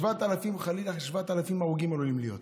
חלילה, כ-7,000 הרוגים עלולים להיות.